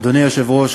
אדוני היושב-ראש,